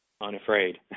unafraid